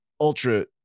ultra